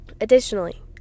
Additionally